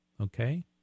okay